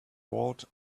rolled